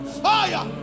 fire